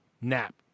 nap